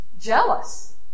jealous